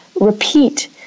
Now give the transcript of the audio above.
repeat